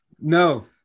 No